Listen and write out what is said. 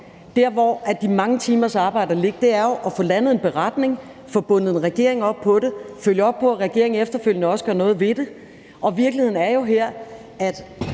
Der, hvor de mange timers arbejde ligger, er jo at få landet en beretning, få bundet regeringen op på det og følge op på, at regeringen også efterfølgende gør noget ved det. Og virkeligheden er jo her, at